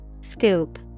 Scoop